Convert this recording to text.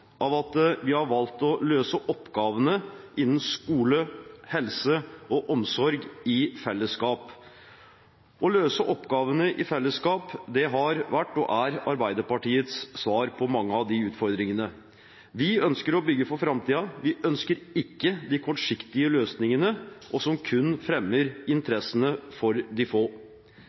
av at vi har valgt å løse oppgavene innen skole, helse og omsorg i fellesskap. Å løse oppgavene i fellesskap har vært og er Arbeiderpartiets svar på mange av de utfordringene. Vi ønsker å bygge for framtiden, vi ønsker ikke de kortsiktige løsningene, som kun fremmer interessene for de få.